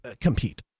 compete